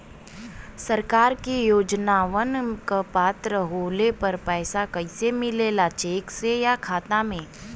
सरकार के योजनावन क पात्र होले पर पैसा कइसे मिले ला चेक से या खाता मे?